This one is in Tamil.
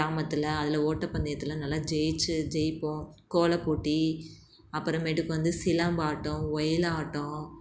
கிராமத்தில் அதில் ஒட்டப்பந்தயத்தில் நல்லா ஜெயித்து ஜெயிப்போம் கோலப் போட்டி அப்புறமேட்டுக்கு வந்து சிலம்பாட்டம் ஓயிலாட்டம்